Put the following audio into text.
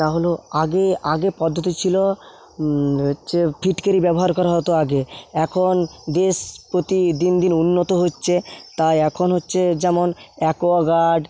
তা হল আগে আগে পদ্ধতি ছিল হচ্ছে ফিটকিরি ব্যবহার করা হত আগে এখন দেশ প্রতি দিন দিন উন্নত হচ্ছে তাই এখন হচ্ছে যেমন অ্যাকোয়াগার্ড